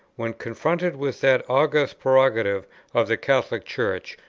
when confronted with that august prerogative of the catholic church,